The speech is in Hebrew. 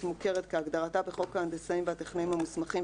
מוכרת כהגדרתה בחוק ההנדסאים והטכנאים המוסמכים",